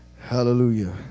Hallelujah